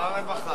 שר הרווחה